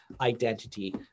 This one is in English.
identity